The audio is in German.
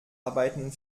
arbeiten